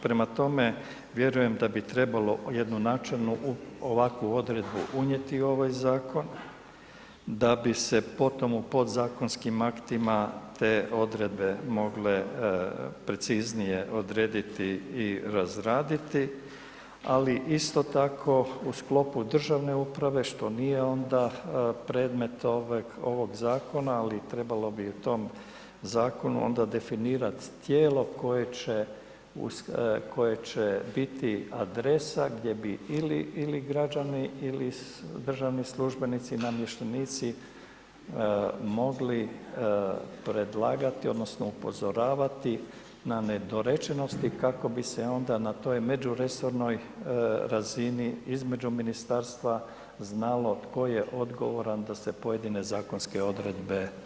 Prema tome, vjerujem da bi trebalo jednu načelnu ovakvu odredbu unijeti u ovaj zakon da bi se potom u podzakonskim aktima te odredbe mogle preciznije odrediti i razraditi, ali isto tako u sklopu državne uprave, što nije onda predmet ovog zakona, ali trebalo bi u tom zakonu onda definirat tijelo koje će biti adresa gdje bi ili građani ili državni službenici i namještenici mogli predlagati odnosno upozoravati na nedorečenosti kako bi se onda na toj međuresornoj razini između ministarstva znalo tko je odgovoran da se pojedine zakonske odredbe usklade.